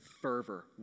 fervor